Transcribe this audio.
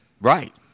Right